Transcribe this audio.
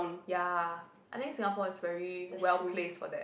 ya I think Singapore is very well placed for that